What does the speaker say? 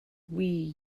wii